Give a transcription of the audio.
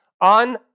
on